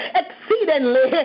exceedingly